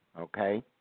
Okay